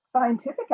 scientific